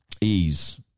ease